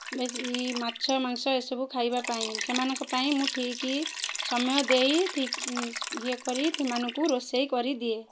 ବେଶୀ ମାଛ ମାଂସ ଏସବୁ ଖାଇବା ପାଇଁ ସେମାନଙ୍କ ପାଇଁ ମୁଁ ଠିକ୍ ସମୟ ଦେଇ ଠିକ୍ ଇଏ କରି ସେମାନଙ୍କୁ ରୋଷେଇ କରି ଦିଏ